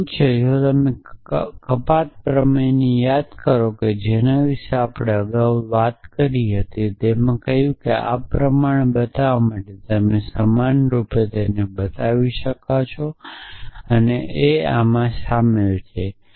તે શું છે તેથી જો તમે કપાત પ્રમેયને યાદ કરો કે જેની વિશે આપણે અગાઉ વાત કરી હતી તેણે કહ્યું હતું કે આને આ પ્રમાણે બતાવવા માટે તમે સમાનરૂપે બતાવી રહ્યાં છો કે આ અને આ આમાં શામેલ છે